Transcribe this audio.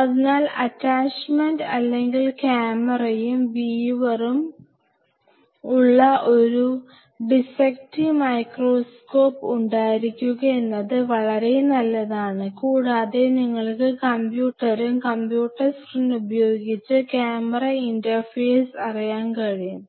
അതിനാൽ അറ്റാച്ചുമെന്റ് അല്ലെങ്കിൽ ക്യാമറയും വ്യൂവറും ഉള്ള ഒരു നല്ല ഡിസ്സെറ്റിങ് മൈക്രോസ്കോപ്പ് ഉണ്ടായിരിക്കുക എന്നത് നല്ലതാണ് കൂടാതെ നിങ്ങൾക്ക് കമ്പ്യൂട്ടറും കമ്പ്യൂട്ടർ സ്ക്രീനും ഉപയോഗിച്ച് ക്യാമറ ഇന്റർഫേസ് അറിയാൻ കഴിയും